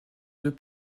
deux